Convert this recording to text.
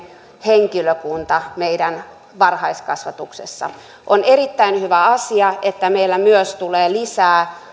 henkilökunta meidän varhaiskasvatuksessa on erittäin hyvä asia että meillä myös tulee lisää